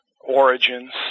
origins